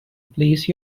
please